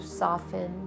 soften